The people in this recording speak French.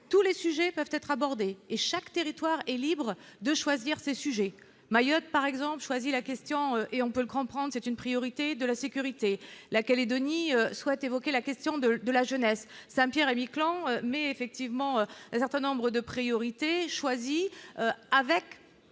tous les sujets peuvent être abordés et chaque territoire est libre de choisir ses sujets Mayotte par exemple choisi la question et on peut le comprendre, c'est une priorité de la sécurité, la Calédonie souhaite évoquer la question de de la jeunesse, Saint-Pierre-et-Miquelon, mais effectivement un certain nombre de priorités avec